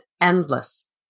endless